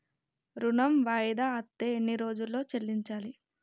ఋణం వాయిదా అత్తే ఎన్ని రోజుల్లో చెల్లించాలి?